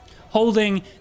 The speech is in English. holding